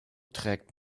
trägt